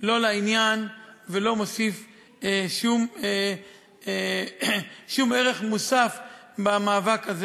לא לעניין ולא מוסיפה שום ערך מוסף למאבק הזה